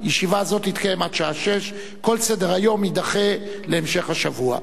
הישיבה הזאת תתקיים עד השעה 18:00. כל סדר-היום יידחה להמשך השבוע,